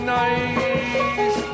nice